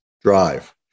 drive